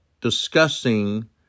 discussing